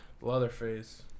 Leatherface